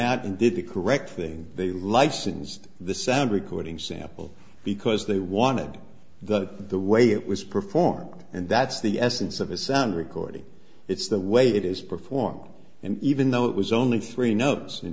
out and did the correct thing they licensed the sound recording sample because they wanted the the way it was performed and that's the essence of a sound recording it's the way it is performed and even though it was only three notes in